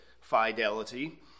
fidelity